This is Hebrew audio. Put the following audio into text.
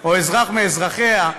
או אזרח מאזרחיה,